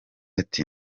ati